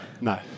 No